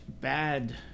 bad